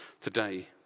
today